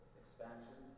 expansion